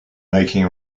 making